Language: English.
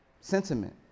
sentiment